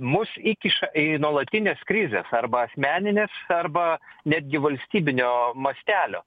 mus įkiša į nuolatines krizes arba asmenines arba netgi valstybinio mastelio